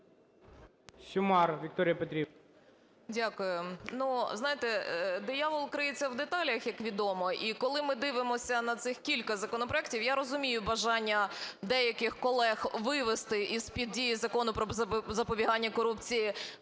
знаєте, диявол криється в деталях, як відомо. І, коли ми дивимося на цих кілька законопроектів, я розумію бажання деяких колег вивести з-під дії Закону "Про запобігання корупції"